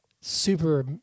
super